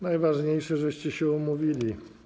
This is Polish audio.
Najważniejsze, żeście się umówili.